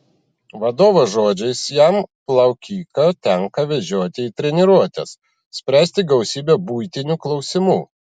vadovo žodžiais jam plaukiką tenka vežioti į treniruotes spręsti gausybę buitinių klausimų